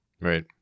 Right